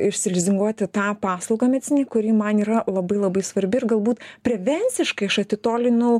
išsilizinguoti tą paslaugą mecinį kuri man yra labai labai svarbi ir galbūt prevenciškai aš atitolinu